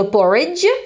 Porridge